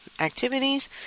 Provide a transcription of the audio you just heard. activities